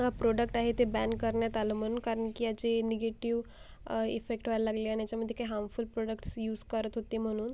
हा प्रोडक्ट आहे ते बॅन करण्यात आलं म्हणून कारण की याचे निगेटिव इफेक्ट व्हायला लागले आणि याच्यामध्ये हामफुल प्रोडक्ट्स यूस करत होते म्हणून